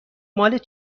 مال